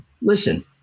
listen